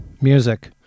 music